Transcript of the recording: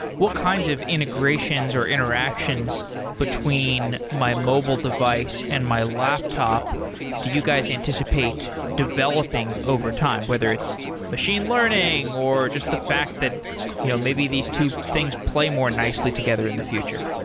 what kinds of integrations or interactions between my mobile device and my laptop do you guys anticipate developing overtime? whether it's machine learning, or just the fact that you know maybe these two things play more nicely together in the future?